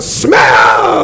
smell